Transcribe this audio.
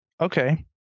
Okay